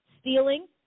Stealing